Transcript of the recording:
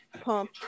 pump